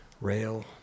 rail